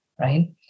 Right